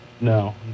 no